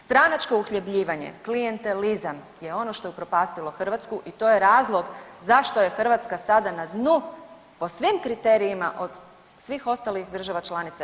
Stranačko uhljebljivanje, klijentelizam je ono što je upropastilo Hrvatsku i to je razlog zašto je Hrvatska sada na dnu po svim kriterijima od svih ostalih država članica EU.